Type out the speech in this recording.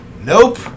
Nope